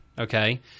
okay